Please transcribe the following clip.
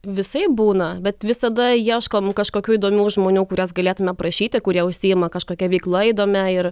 visaip būna bet visada ieškom kažkokių įdomių žmonių kuriuos galėtume prašyti kurie užsiima kažkokia veikla įdomia ir